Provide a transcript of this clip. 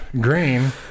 Green